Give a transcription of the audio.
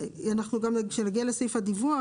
כשנגיע לסעיף הדיווח,